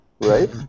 Right